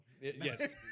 Yes